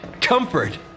Comfort